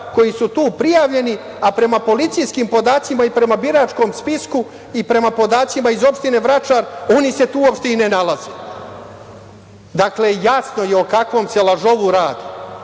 koji su tu prijavljeni, a prema policijskim podacima, prema biračkom spisku i prema podacima iz opštine Vračar oni se tu uopšte i ne nalaze? Dakle, jasno je o kakvom se lažovu radi